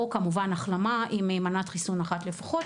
או כמובן החלמה עם מנת חיסון אחת לפחות,